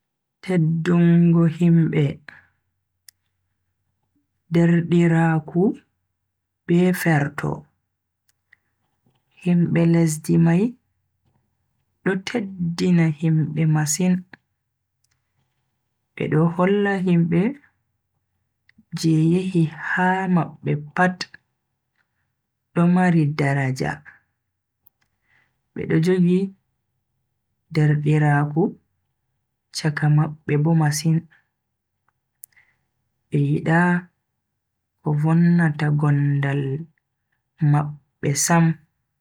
Teddungo himbe, derdiraaku be ferto. Himbe lesdi mai do teddina himbe masin, bedo holla himbe je yehi ha mabbe pat do mari daraja. Bedo jogi derdiraaku chaka mabbe bo masin, be yida ko vonnata gondal mabbe sam.